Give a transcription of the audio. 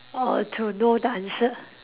or to know the answer